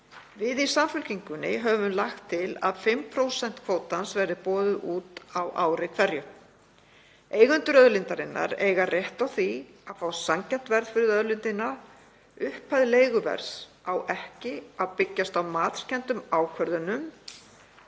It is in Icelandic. Við í Samfylkingunni höfum lagt til að 5% kvótans verði boðin út á ári hverju. Eigendur auðlindarinnar eiga rétt á því að fá sanngjarnt verð fyrir auðlindina. Upphæð leiguverðs á ekki að byggjast á matskenndum ákvörðunum